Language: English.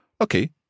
Okay